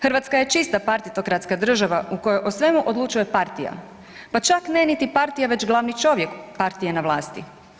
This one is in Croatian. Hrvatska je čista partitokratska država u kojoj o svemu odlučuje partija, pa čak ne niti partija već glavni čovjek partije na vlasti.